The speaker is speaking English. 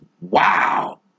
wow